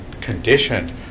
conditioned